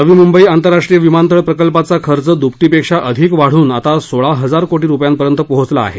नवी मुंबई आंतरराष्ट्रीय विमानतळ प्रकल्पाचा खर्च दुपटीपेक्षा अधिक वाढून आता सोळा हजार कोटींपर्यंत पोहोचला आहे